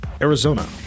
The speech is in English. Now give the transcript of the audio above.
Arizona